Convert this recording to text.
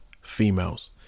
females